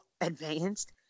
advanced